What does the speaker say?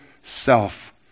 self